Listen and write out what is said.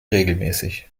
regelmäßig